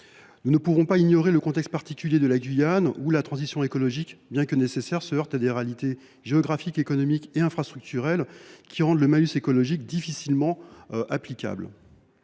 Nous ne pouvons ignorer le contexte particulier de la Guyane. La transition écologique, bien que nécessaire, s’y heurte à des réalités géographiques, économiques et infrastructurelles qui rendent le malus écologique difficilement applicable.